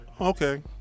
Okay